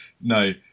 no